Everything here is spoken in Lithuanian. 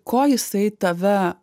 ko jisai tave